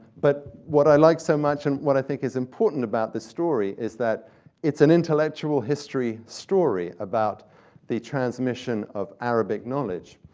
but what i like so much, and what i think is important about this story, is that it's an intellectual history story about the transmission of arabic knowledge